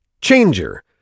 changer